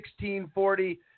1640